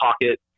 pocket